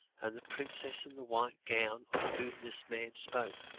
and the princess in the white gown, of whom this man spoke,